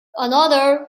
another